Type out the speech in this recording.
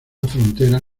frontera